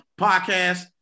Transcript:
podcast